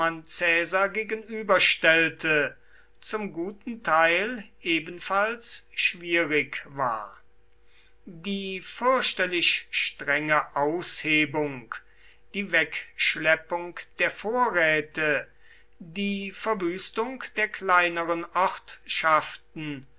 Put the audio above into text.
gegenüberstellte zum guten teil ebenfalls schwierig war die fürchterlich strenge aushebung die wegschleppung der vorräte die verwüstung der kleineren